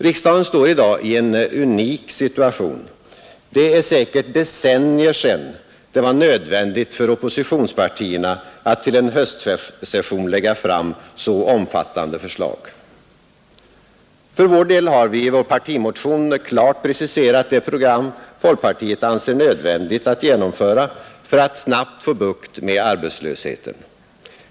Riksdagen står i dag i en unik situation. Det är säkert decennier sedan det varit nödvändigt för oppositionspartierna att till en höstsession lägga fram så omfattande förslag. För vår del har vi i vår partimotion klart preciserat det program folkpartiet anser nödvändigt att genomföra för att snabbt få bukt med arbetslösheten.